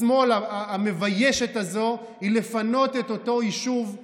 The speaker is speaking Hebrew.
השמאל המביישת הזאת היא לפנות את אותו יישוב,